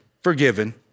forgiven